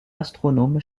astronome